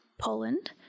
Poland